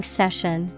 session